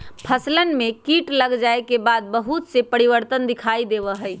फसलवन में कीट लग जाये के बाद बहुत से परिवर्तन दिखाई देवा हई